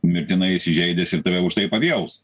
mirtinai įsižeidęs ir tave už tai papjaus